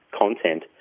content